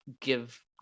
Give